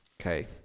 okay